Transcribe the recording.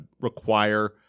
require